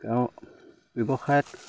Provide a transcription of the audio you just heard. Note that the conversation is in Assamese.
ব্যৱসায়ত